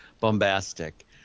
bombastic